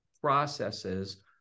processes